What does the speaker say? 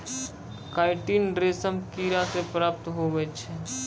chitin रेशम किड़ा से प्राप्त हुवै छै